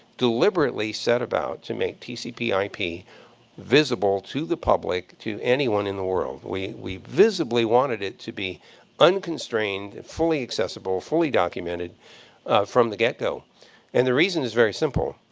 deliberately set about to make tcp ip visible to the public, to anyone in the world. we we visibly wanted it to be unconstrained, fully accessible, fully documented from the get-go. and the reason is very simple.